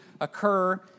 occur